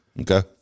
Okay